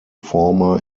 former